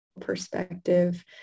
perspective